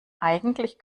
eigentlich